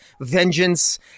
Vengeance